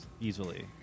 easily